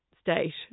state